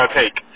take